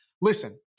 listen